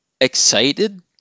excited